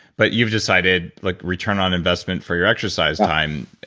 but you've decided like return on investment for your exercise time.